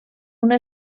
una